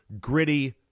gritty